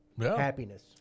happiness